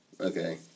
Okay